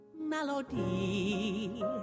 melody